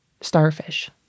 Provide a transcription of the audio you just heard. starfish